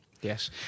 yes